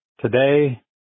Today